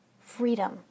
freedom